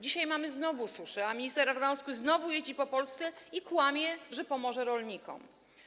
Dzisiaj znowu mamy suszę, a minister Ardanowski znowu jeździ po Polsce i kłamie, że pomoże rolnikom.